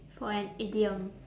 for an idiom